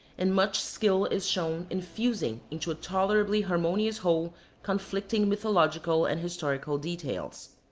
and much skill is shown in fusing into a tolerably harmonious whole conflicting mythological and historical details.